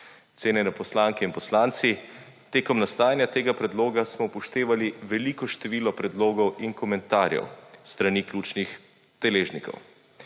Cenjeni poslanke in poslanci, med nastajanjem tega predloga smo upoštevali veliko število predlogov in komentarjev s strani ključnih deležnikov.